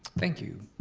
thank you,